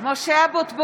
(קוראת בשמות חברי הכנסת) משה אבוטבול,